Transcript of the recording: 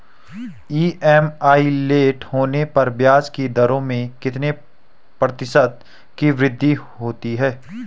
EMI late होने पर ब्याज की दरों में कितने कितने प्रतिशत की वृद्धि होती है?